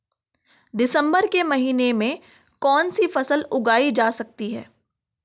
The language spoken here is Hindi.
दिसम्बर के महीने में कौन सी फसल उगाई जा सकती है?